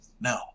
No